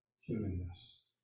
humanness